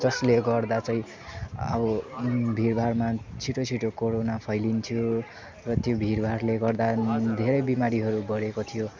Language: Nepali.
जसले गर्दा चाहिँ अब भिडभाडमा छिटो छिटो कोरोना फैलिन्थ्यो र त्यो भिडभाडले गर्दा धेरै बिमारीहरू बढेको थियो